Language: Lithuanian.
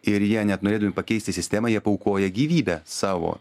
ir jie net norėdami pakeisti sistemą paaukoja gyvybę savo